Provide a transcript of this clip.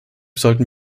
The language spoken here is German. sollten